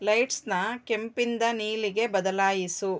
ಲೈಟ್ಸನ್ನ ಕೆಂಪಿಂದ ನೀಲಿಗೆ ಬದಲಾಯಿಸು